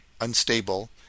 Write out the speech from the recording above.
unstable